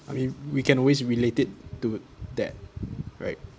I mean we can always relate it to that right